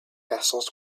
vessels